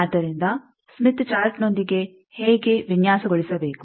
ಆದ್ದರಿಂದ ಸ್ಮಿತ್ ಚಾರ್ಟ್ನೊಂದಿಗೆ ಹೇಗೆ ವಿನ್ಯಾಸಗೊಳಿಸಬೇಕು